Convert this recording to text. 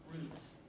roots